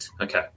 Okay